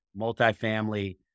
multifamily